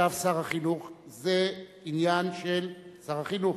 ישב שר החינוך זה עניין של שר החינוך,